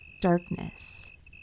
darkness